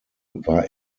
war